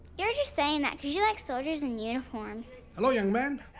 you're just saying that because you like soldiers and uniforms. hello, young man.